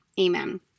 amen